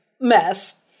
mess